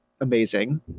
amazing